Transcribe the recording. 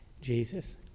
Jesus